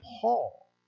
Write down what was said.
Paul